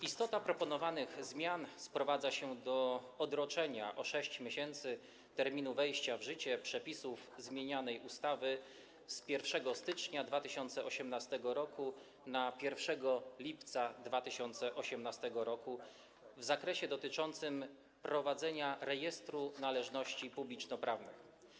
Istota proponowanych zmian sprowadza się do odroczenia o 6 miesięcy terminu wejścia w życie przepisów zmienianej ustawy, zmiany 1 stycznia 2018 r. na 1 lipca 2018 r. w zakresie dotyczącym prowadzenia Rejestru Należności Publicznoprawnych.